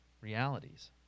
realities